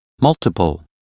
Multiple